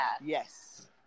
Yes